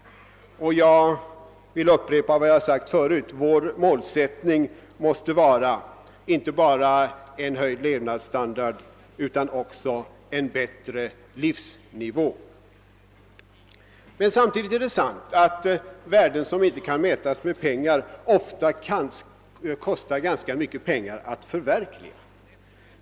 Jag vill upprepa vad jag sagt förut: vår målsättning måste vara, inte bara en höjd levandsstandard utan också en bättre livsnivå. Men samtidigt är det sant att >värden som inte kan mätas i pengar» ofta kostar ganska mycket pengar att förverkliga.